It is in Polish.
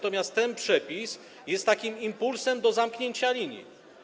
Ten przepis jest impulsem do zamknięcia linii.